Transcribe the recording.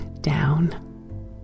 down